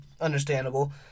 understandable